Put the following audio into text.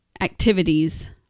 activities